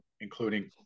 including